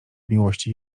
miłości